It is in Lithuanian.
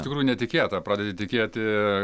iš tikrųjų netikėta pradedi tikėti